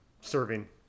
serving